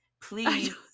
please